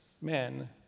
men